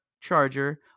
charger